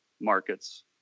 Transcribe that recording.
markets